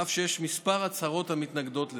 אף שיש כמה הצהרות המתנגדות לזה.